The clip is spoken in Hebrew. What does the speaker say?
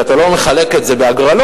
ואתה לא מחלק את זה בהגרלות,